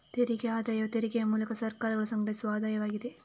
ತೆರಿಗೆ ಆದಾಯವು ತೆರಿಗೆಯ ಮೂಲಕ ಸರ್ಕಾರಗಳು ಸಂಗ್ರಹಿಸುವ ಆದಾಯವಾಗಿದೆ